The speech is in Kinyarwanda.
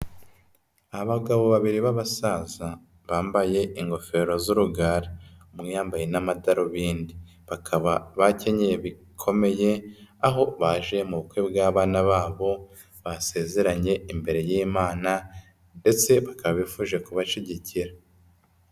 Abagabo babiri b'abasaza bambaye ingofero z'urugara, umwe yambaye n'amadarubindi, bakaba bakenye bikomeye, aho baje mu bukwe bw'abana babo basezeranye imbere y'Imana, ndetse baka bifuje kubashyigikira.